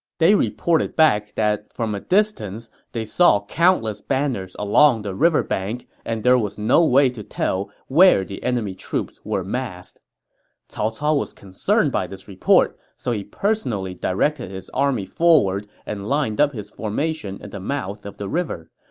they reported back that from a distance, they saw countless banners along the river bank and no way to tell where the enemy troops were massed cao cao was concerned by this report, so he personally directed his army forward and lined up his formation at the mouth of the river.